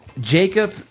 Jacob